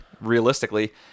realistically